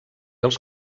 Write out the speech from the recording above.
els